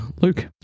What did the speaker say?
Luke